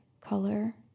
color